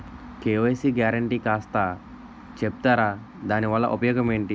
KYC guarantee కాస్త చెప్తారాదాని వల్ల ఉపయోగం ఎంటి?